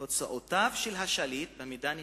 הוצאותיו של השליט במידה ניכרת,